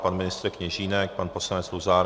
Pan ministr Kněžínek, pan poslanec Luzar?